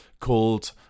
called